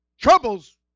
troubles